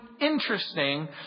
interesting